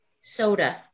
soda